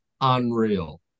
unreal